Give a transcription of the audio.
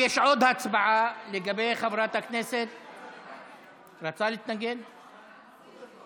הצעת החוק עברה בקריאה טרומית והיא תועבר לוועדת החינוך.